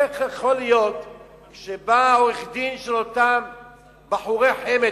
איך יכול להיות שבא עורך-דין של אותם בחורי חמד,